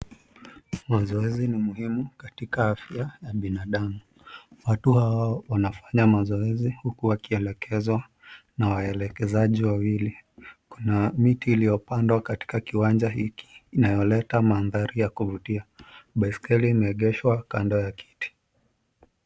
Mazoezi ni muhimu katika afya ya binadamu. Watu hawa wanafanya mazoezi huku wakielekezwa na waelekezaji wawili. Kuna miti iliyopandwa katika kiwanja hiki inayoleta mandhari ya kuvutia. Baiskeli imeegeshwa kando ya kiti.